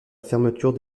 fermeture